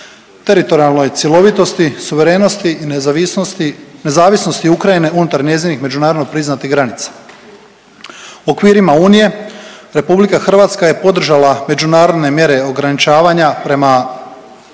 teritorijalnoj cjelovitosti, suverenosti i nezavisnosti Ukrajine unutar njezinih međunarodno priznatih granica. Okvirima Unije, RH je podržala međunarodne mjere ograničavanja prema